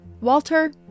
Walter